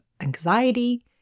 anxiety